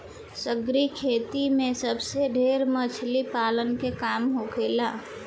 सागरीय खेती में सबसे ढेर मछली पालन के काम होखेला